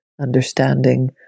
understanding